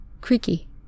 Creaky